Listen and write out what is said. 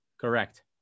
Correct